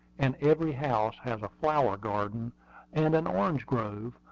and every house has a flower-garden and an orange grove,